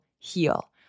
heal